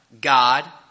God